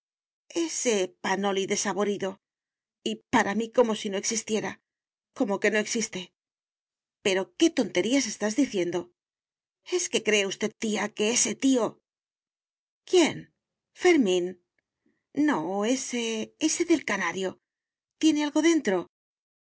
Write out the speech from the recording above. ese panoli desaborido y para mí como si no existiera como que no existe pero qué tonterías estás diciendo es que cree usted tía que ese tío quién fermín no ése ese del canario tiene algo dentro